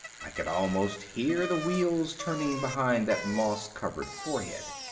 i could almost hear the wheels turning behind that moss-covered forehead.